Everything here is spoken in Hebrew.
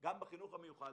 גם בחינוך המיוחד